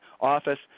office